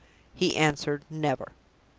he answered, never!